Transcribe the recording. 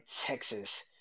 Texas